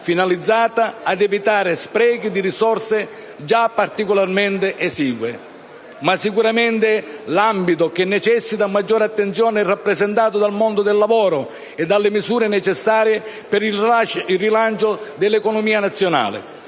finalizzata ad evitare sprechi di risorse già particolarmente esigue. Ma sicuramente l'ambito che necessita maggior attenzione è rappresentato dal mondo del lavoro e dalle misure necessarie per il rilancio dell'economia nazionale.